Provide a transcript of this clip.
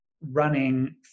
running